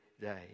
day